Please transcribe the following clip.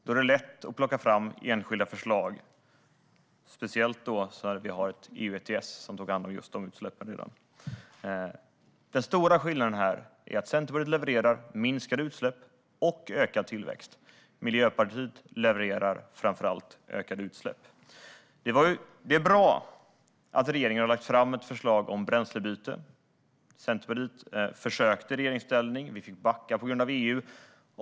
Det är lätt att plocka fram enskilda förslag, speciellt när vi har ett EU ETS som tog hand om just de utsläppen tidigare. Den stora skillnaden här är att Centerpartiet levererar minskade utsläpp och ökad tillväxt medan Miljöpartiet framför allt levererar ökade utsläpp. Det är bra att regeringen har lagt fram ett förslag om bränslebyte. Centerpartiet försökte göra det i regeringsställning, men vi fick backa på grund av EU.